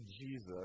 Jesus